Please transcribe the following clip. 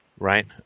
right